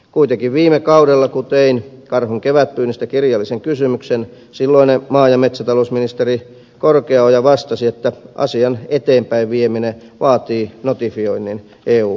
kuitenkin viime kaudella kun tein karhun kevätpyynnistä kirjallisen kysymyksen silloinen maa ja metsätalousministeri korkeaoja vastasi että asian eteenpäinvieminen vaatii notifioinnin eu komissiossa